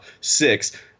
six